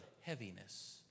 heaviness